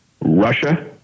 Russia